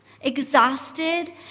exhausted